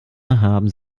haben